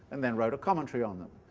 and then wrote a commentary on them.